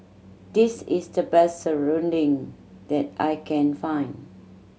this is the best serunding that I can find